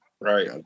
Right